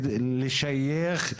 לשייך,